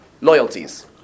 loyalties